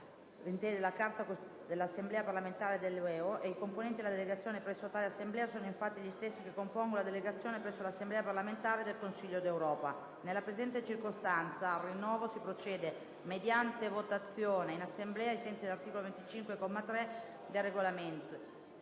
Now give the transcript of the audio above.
II della Carta dell'Assemblea parlamentare dell'UEO, i componenti della delegazione presso tale Assemblea sono infatti gli stessi che compongono la delegazione presso l'Assemblea parlamentare del Consiglio d'Europa. Nella presente circostanza, al rinnovo si procede mediante votazione in Assemblea, ai sensi dell'articolo 25, comma 3, del Regolamento.